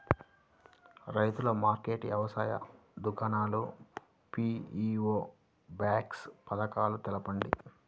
రైతుల మార్కెట్లు, వ్యవసాయ దుకాణాలు, పీ.వీ.ఓ బాక్స్ పథకాలు తెలుపండి?